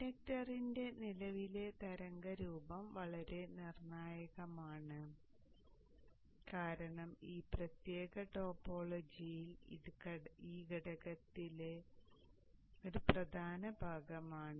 ഇൻഡക്ടറിന്റെ നിലവിലെ തരംഗരൂപം വളരെ നിർണായകമാണ് കാരണം ഈ പ്രത്യേക ടോപ്പോളജിയിൽ ഇത് ഈ ഘടകത്തിലെ ഒരു പ്രധാന ഭാഗമാണ്